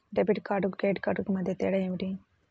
Debit కార్డుకు credit కార్డుకు మధ్య తేడా ఏమిటీ?